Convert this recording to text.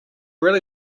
really